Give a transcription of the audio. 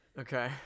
Okay